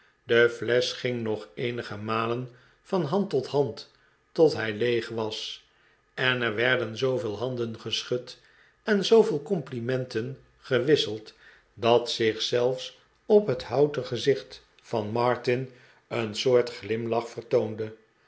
de flesch ging nog eenige malen van hand tot hand tot zij leeg was en er werden zooveel handen geschud en zooveel complimenten gewisseld dat zich zelfs op het houten gezicht van martin een soort glimlach vertoonde